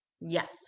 Yes